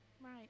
Right